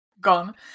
gone